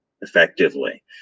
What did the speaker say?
effectively